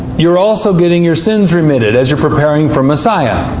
you're also getting your sins remitted, as you're preparing for messiah.